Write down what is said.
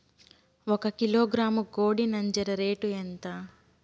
ఒక కిలోగ్రాము కోడి నంజర రేటు ఎంత?